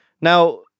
Now